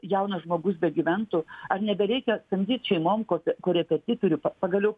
jaunas žmogus begyventų ar nebereikia samdyt šeimom ko korepetitorių pagaliau